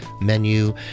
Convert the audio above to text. menu